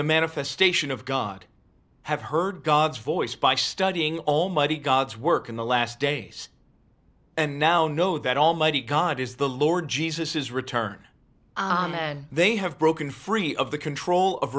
the manifestation of god have heard god's voice by studying almighty god's work in the last days and now know that almighty god is the lord jesus is return then they have broken free of the control of